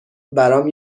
برام